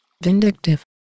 Vindictive